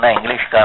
English